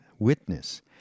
Witness